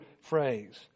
phrase